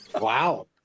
Wow